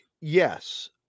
yes